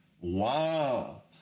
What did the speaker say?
Wow